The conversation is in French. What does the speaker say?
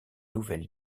nouvelle